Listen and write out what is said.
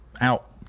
out